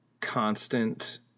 constant